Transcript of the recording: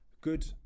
good